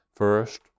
First